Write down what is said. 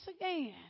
again